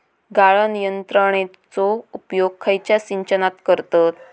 गाळण यंत्रनेचो उपयोग खयच्या सिंचनात करतत?